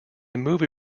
movie